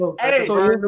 Hey